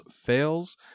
fails